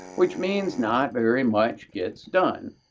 which means not very much gets done.